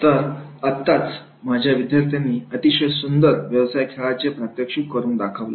तर आत्ताच माझ्या विद्यार्थ्यांनी अतिशय सुंदर व्यवसाय खेळाचे प्रात्यक्षिक करून दाखवले